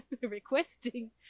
requesting